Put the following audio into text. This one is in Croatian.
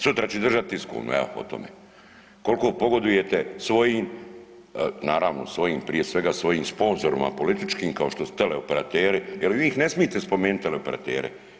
Sutra ću držati tiskovnu evo o tome koliko pogodujete svojim, naravno svojim prije svega svojim sponzorima političkim kao što su teleoperateri, jer vi ih ne smijete spomenuti teleoperatere.